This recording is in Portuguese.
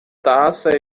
taça